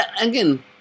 Again